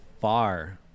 Far